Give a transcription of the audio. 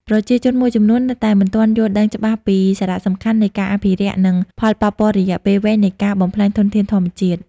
ប្រជាជនមួយចំនួននៅតែមិនទាន់យល់ដឹងច្បាស់ពី សារៈសំខាន់នៃការអភិរក្ស និងផលប៉ះពាល់រយៈពេលវែងនៃការបំផ្លាញធនធានធម្មជាតិ។